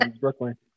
Brooklyn